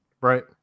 right